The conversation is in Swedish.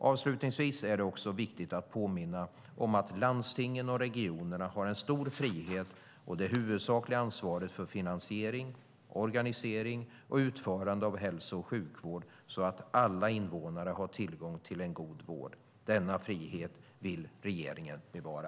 Avslutningsvis är det också viktigt att påminna om att landstingen och regionerna har en stor frihet och det huvudsakliga ansvaret för finansiering, organisering och utförande av hälso och sjukvård så att alla invånare har tillgång till en god vård. Denna frihet vill regeringen bevara.